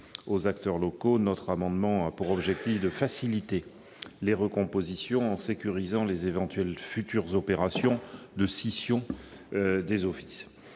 aux acteurs locaux, cet amendement vise à faciliter les recompositions en sécurisant les éventuelles futures opérations de scission des offices.